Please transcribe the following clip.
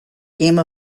game